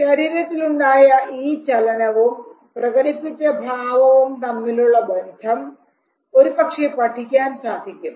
ശരീരത്തിലുണ്ടായ ഈ ചലനവും പ്രകടിപ്പിച്ച ഭാവവും തമ്മിലുള്ള ബന്ധം ഒരു പക്ഷേ പഠിക്കാൻ സാധിക്കും